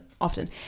often